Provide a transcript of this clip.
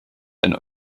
ein